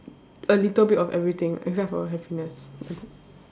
a little bit of everything except for happiness